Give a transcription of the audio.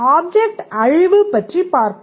object அழிவு பற்றி பார்ப்போம்